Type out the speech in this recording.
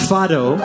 Fado